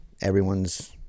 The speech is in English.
everyone's